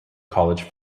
college